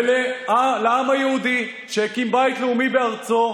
לעם היהודי, שהקים בית לאומי בארצו,